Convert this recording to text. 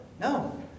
no